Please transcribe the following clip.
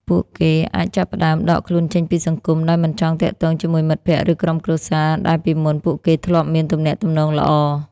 ពួកគេអាចចាប់ផ្តើម ដកខ្លួនចេញពីសង្គម ដោយមិនចង់ទាក់ទងជាមួយមិត្តភក្តិ ឬក្រុមគ្រួសារ ដែលពីមុនពួកគេធ្លាប់មានទំនាក់ទំនងល្អ។